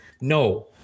no